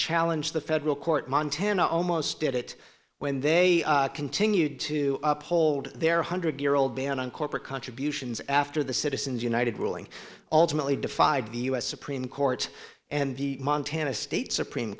challenge the federal court montana almost did it when they continued to uphold their hundred year old ban on corporate contributions after the citizens united ruling ultimately defied the u s supreme court and the montana state supreme